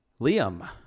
liam